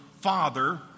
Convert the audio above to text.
Father